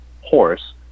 horse